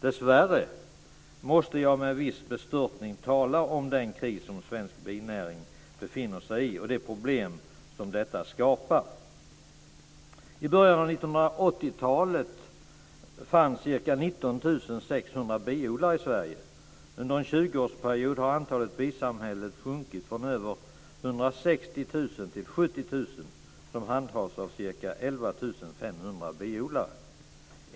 Dessvärre måste jag med viss bestörtning tala om den kris som svensk binäring befinner sig i, och de problem som detta skapar. Sverige. Under en 20-årsperiod har antalet bisamhällen sjunkit från över 160 000 till 70 000, som handhas av ca 11 500 biodlare.